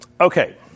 Okay